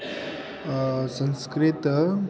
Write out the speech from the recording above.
संस्कृतं